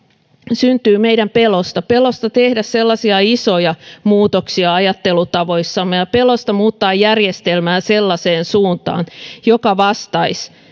syntyy meidän pelostamme pelosta tehdä isoja muutoksia ajattelutavoissamme ja pelosta muuttaa järjestelmää sellaiseen suuntaan joka vastaisi